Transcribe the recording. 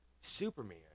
Superman